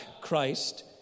Christ